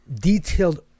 detailed